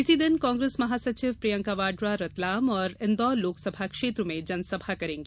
इसी दिन कांग्रेस महासचिव प्रियंका वाड्रा रतलाम और इन्दौर लोकसभा क्षेत्र में जनसभा करेंगी